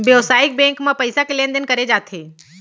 बेवसायिक बेंक म पइसा के लेन देन करे जाथे